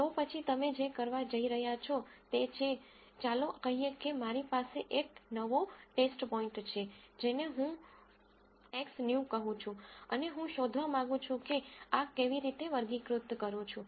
તો પછી તમે જે કરવા જઇ રહ્યા છો તે છે ચાલો કહીએ કે મારી પાસે એક નવો ટેસ્ટ પોઈન્ટ છે જેને હું Xnew કહું છું અને હું શોધવા માંગું છું કે આ કેવી રીતે વર્ગીકૃત કરું છું